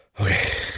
okay